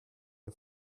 der